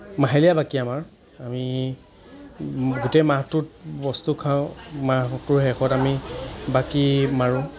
মাহেলীয়া বাকী আমাৰ আমি গোটেই মাহটোত বস্তু খাওঁ মাহটো শেষত আমি বাকী মাৰোঁ